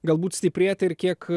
galbūt stiprėti ir kiek